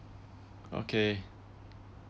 okay